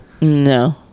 no